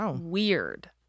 weird